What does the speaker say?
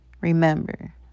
remember